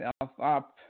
up